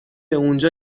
اونجا